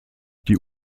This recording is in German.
die